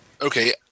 Okay